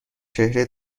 چهره